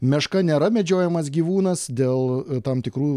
meška nėra medžiojamas gyvūnas dėl tam tikrų